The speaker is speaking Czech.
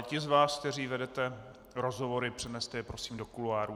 Ti z vás, kteří vedete rozhovory, přeneste je prosím do kuloárů.